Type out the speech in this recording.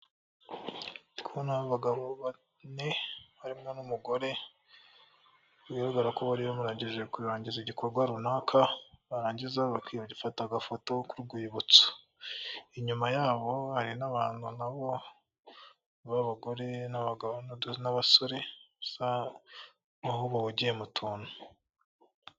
Abagabo bane bari mwo n'umugore bigaragara ko bari barangije kurangiza igikorwa runaka barangiza bagafata agafoto k'urwibutso inyuma yabo hari n'abantu nabo baba bagore n'abasore gusa bahugiye mu tuntu.